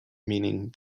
meaning